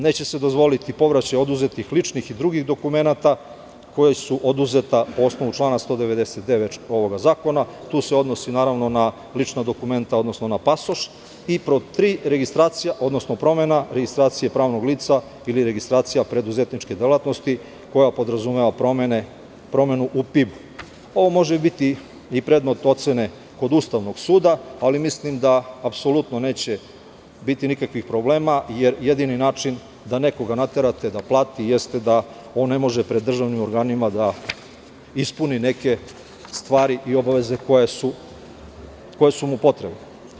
Neće se dozvoliti povraćaj oduzetih ličnih i drugih dokumenata koja su oduzeta po osnovu člana 199. zakona tu se odnosi, naravno, na lična dokumenta, odnosno na pasoš i pod tri, registracija, odnosno promena registracije pravnog lica ili registracija preduzetničke delatnosti koja podrazumeva promenu u PIB Ovo može biti i predmet ocene kod ustavnog suda, ali mislim da neće biti nikakvih problema, jer jedini način da nekoga naterate da plati jeste da ne može pred državnim organima da ispuni neke stvari i obaveze koje su mu potrebne.